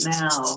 now